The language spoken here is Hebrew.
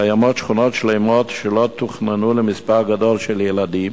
קיימות שכונות שלמות שלא תוכננו למספר גדול של ילדים